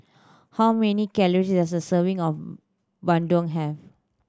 how many calories does a serving of bandung have